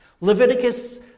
Leviticus